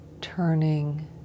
turning